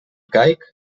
caic